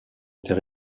était